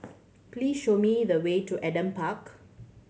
please show me the way to Adam Park